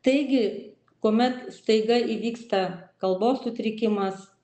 taigi kuomet staiga įvyksta kalbos sutrikimas